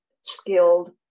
skilled